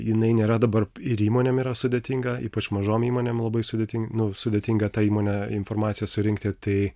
jinai nėra dabar ir įmonėm yra sudėtinga ypač mažom įmonėm labai sudėtinga nu sudėtinga tą įmonę informaciją surinkti tai